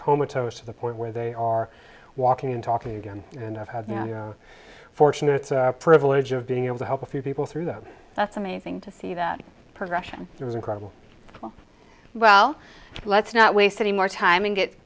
comatose of the point where they are walking and talking again and i've had a fortunate privilege of being able to help a few people through that's amazing to see that progression there is incredible well let's not waste any more time and get